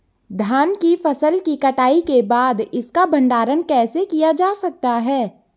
धान की फसल की कटाई के बाद इसका भंडारण कैसे किया जा सकता है?